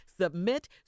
Submit